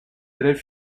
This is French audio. élèves